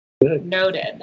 Noted